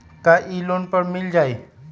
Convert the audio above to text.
का इ लोन पर मिल जाइ?